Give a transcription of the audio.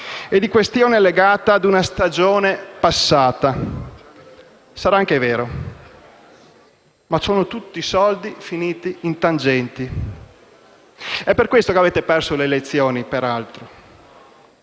e di questione legata a una stagione passata. Sarà anche vero, ma sono tutti soldi finiti in tangenti. È per questo che avete perso le elezioni, peraltro.